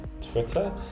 twitter